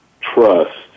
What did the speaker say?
trust